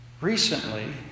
recently